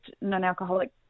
non-alcoholic